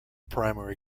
primary